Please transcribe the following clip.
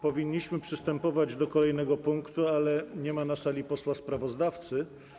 Powinniśmy przystąpić do kolejnego punktu, ale nie ma na sali posła sprawozdawcy.